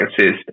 assist